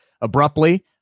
abruptly